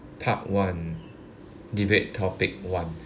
part one debate topic one